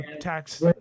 tax